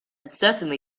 certainly